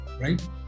right